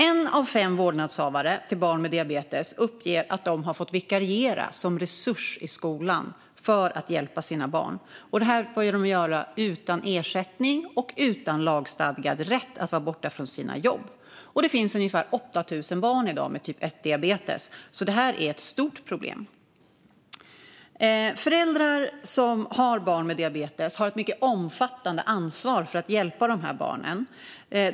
En av fem vårdnadshavare till barn med diabetes uppger att de har fått vikariera som resurs i skolan för att hjälpa sina barn. Detta har de fått göra utan ersättning och utan lagstadgad rätt att vara borta från sina jobb. Det finns i dag ungefär 8 000 barn med diabetes typ 1, så detta är ett stort problem. Föräldrar som har barn med diabetes har ett mycket omfattande ansvar för att hjälpa sitt barn.